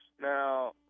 Now